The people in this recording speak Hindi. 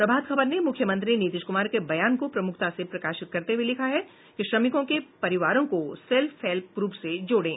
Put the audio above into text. प्रभात खबर ने मुख्यमंत्री नीतीश कुमार के बयान को प्रमुखता से प्रकाशित करते हुये लिखा है श्रमिकों के परिवारों को सेल्फ हेल्प ग्रुप से जोड़े